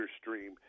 stream